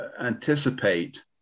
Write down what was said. anticipate